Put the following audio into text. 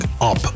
up